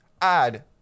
add